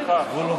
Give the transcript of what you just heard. סליחה.